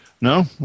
No